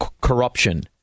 corruption